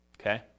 okay